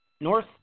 North